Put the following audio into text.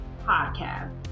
podcast